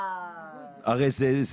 17,000 בחודש.